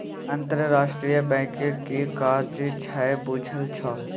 अंतरराष्ट्रीय बैंकक कि काज छै बुझल छौ?